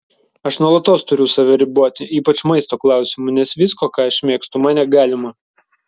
aš nuolatos turiu save riboti ypač maisto klausimu nes visko ką aš mėgstu man negalima